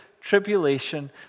tribulation